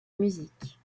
musique